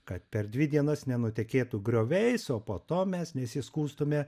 kad per dvi dienas nenutekėtų grioviais o po to mes nesiskųstume